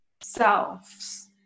selves